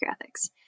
ethics